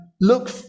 look